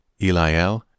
Eliel